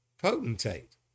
potentate